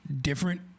different